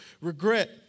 regret